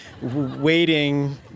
waiting